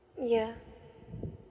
yeah